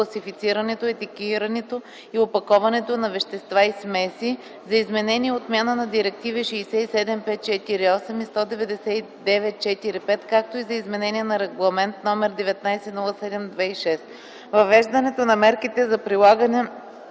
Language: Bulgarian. класифицирането, етикирането и опаковането на вещества и смеси за изменение и отмяна на директиви 67/548 и 199/45, както и за изменение на Регламент № 1907/2006. Въвеждането на мерките за прилагане